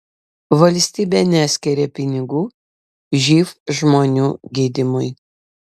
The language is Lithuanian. valstybė neskiria pinigų živ žmonių gydymui